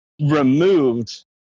removed